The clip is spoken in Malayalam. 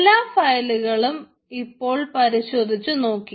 എല്ലാ ഫയലുകളും ഇപ്പോൾ പരിശോധിച്ചു നോക്കി